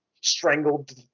strangled